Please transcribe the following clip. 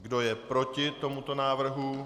Kdo je proti tomuto návrhu?